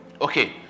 Okay